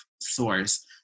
source